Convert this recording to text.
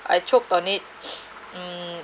I choked on it mm